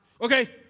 Okay